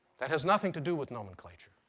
that has nothing to do with nomenclature.